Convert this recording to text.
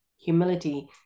humility